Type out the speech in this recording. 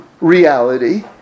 reality